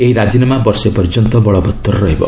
ଏହି ରାଜିନାମା ବର୍ଷେ ପର୍ଯ୍ୟନ୍ତ ବଳବତ୍ତର ରହିବ